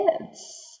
kids